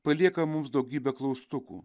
palieka mums daugybę klaustukų